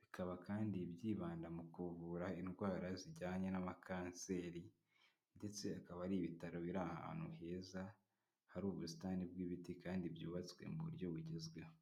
bikaba kandi byibanda, mu kuvura indwara zijyanye n'ama kanseri ndetse, ha akaba ari ibitaro biri ahantu heza, hari ubusitani bw'ibiti kandi, byubatswe mu buryo bugezweho.